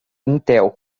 intel